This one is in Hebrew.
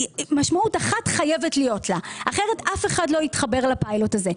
משמעות אחת חייבת להיות לה כי אחרת אף אחד לא יתחבר לפיילוט הזה.